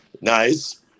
nice